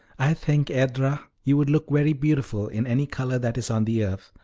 i think, edra, you would look very beautiful in any color that is on the earth,